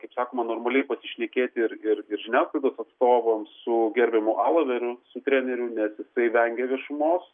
kaip sakoma normaliai pasišnekėti ir ir žiniasklaidos atstovams su gerbiamu alaveriu su treneriu nes jisai vengia viešumos